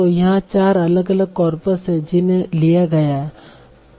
तो यहाँ 4 अलग अलग कॉर्पस हैं जिन्हें लिया गया है